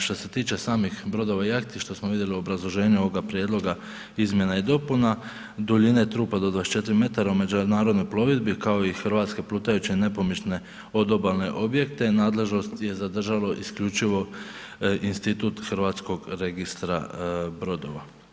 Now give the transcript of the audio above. Što se tiče samih brodova i jahti što smo vidjeli u obrazloženju ovoga prijedloga izmjena i dopuna, duljine trupa do 24 metara u međunarodnoj plovidbi kao i hrvatske plutajuće nepomične od obalne objekte nadležnost je zadržalo isključivo institut Hrvatskog registra brodova.